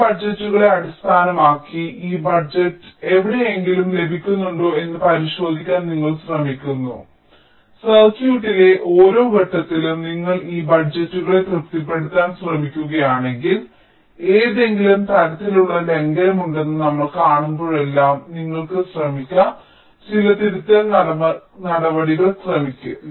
ഈ ബജറ്റുകളെ അടിസ്ഥാനമാക്കി ഈ ബജറ്റ് എവിടെയെങ്കിലും ലഭിക്കുന്നുണ്ടോ എന്ന് പരിശോധിക്കാൻ നിങ്ങൾ ശ്രമിക്കുന്നു സർക്യൂട്ടിലെ ഓരോ ഘട്ടത്തിലും നിങ്ങൾ ഈ ബജറ്റുകളെ തൃപ്തിപ്പെടുത്താൻ ശ്രമിക്കുകയാണെങ്കിൽ ഏതെങ്കിലും തരത്തിലുള്ള ലംഘനം ഉണ്ടെന്ന് നമ്മൾ കാണുമ്പോഴെല്ലാം നിങ്ങൾക്ക് ശ്രമിക്കാം ചില തിരുത്തൽ നടപടികൾ സ്വീകരിക്കുക